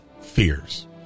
fears